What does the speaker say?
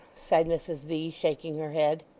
sighed mrs v, shaking her head.